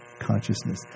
consciousness